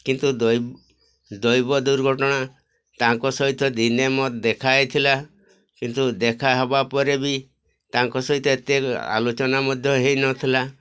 କିନ୍ତୁ ଦୈବ ଦୈବ ଦୁର୍ଘଟଣା ତାଙ୍କ ସହିତ ଦିନେ ମୋତେ ଦେଖା ହେଇଥିଲା କିନ୍ତୁ ଦେଖା ହେବା ପରେ ବି ତାଙ୍କ ସହିତ ଏତେ ଆଲୋଚନା ମଧ୍ୟ ହେଇନଥିଲା